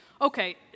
Okay